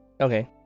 Okay